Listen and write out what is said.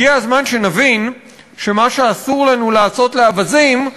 הגיע הזמן שנבין שמה שאסור לנו לעשות לאווזים,